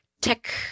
tech